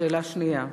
שאלה שנייה: